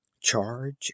charge